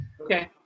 Okay